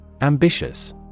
Ambitious